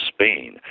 Spain